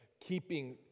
keeping